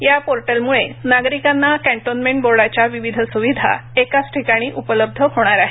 या पोर्टलमुळे नागरिकांना कॅन्टोन्मेंट बोर्डाच्या विविध सुविधा एकाच ठिकाणी उपलब्ध होणार आहेत